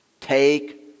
take